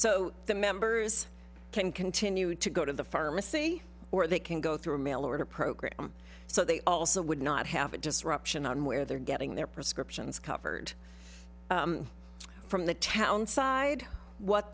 so the members can continue to go to the pharmacy or they can go through a mail order program so they also would not have a disruption on where they're getting their prescriptions covered from the town side what